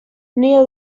near